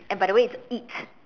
and by the way it's it